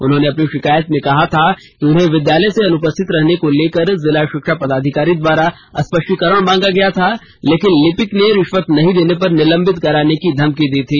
उन्होंने अपनी शिकायत में कहा था कि उन्हें विद्यालय से अनुपस्थित रहने को लेकर जिला शिक्षा पदाधिकारी द्वारा स्पष्टीकरण मांगा गया था लेकिन लिपिक ने रिश्वत नहीं देने पर निलंबित कराने की धमकी दी थी